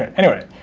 anyway,